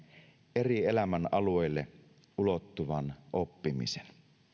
eri elämänalueille ulottuvan oppimisen